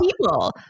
people